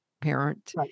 parent